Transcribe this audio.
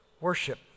Worship